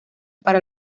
para